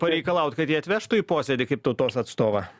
pareikalaut kad jį atvežtų į posėdį kaip tautos atstovą